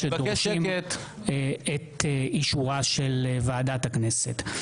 שדורשים את אישורה של ועדת הכנסת.